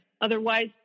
Otherwise